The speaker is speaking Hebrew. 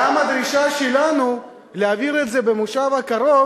גם הדרישה שלנו להעביר את זה במושב הקרוב